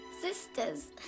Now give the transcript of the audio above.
Sisters